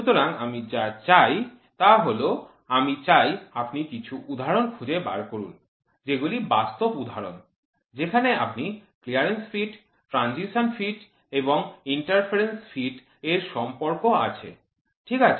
সুতরাং আমি যা চাই তা হল আমি চাই আপনি কিছু উদাহরণ খুঁজে বার করুন যেগুলি বাস্তব উদাহরণ যেখানে আপনি ক্লিয়ারেন্স ফিট ট্রানজিশন ফিট এবং ইন্টারফিয়ারেন্স ফিট এর সম্পর্ক আছে ঠিক আছে